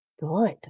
good